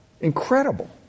incredible